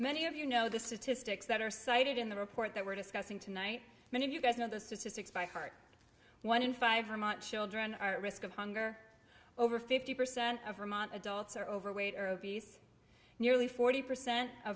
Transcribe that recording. many of you know the statistics that are cited in the report that we're discussing tonight many of you guys know the statistics by heart one in five children are at risk of hunger over fifty percent of vermont adults are overweight or obese nearly forty percent